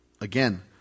again